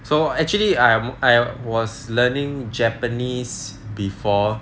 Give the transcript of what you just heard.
so actually I am I was learning japanese before